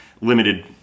limited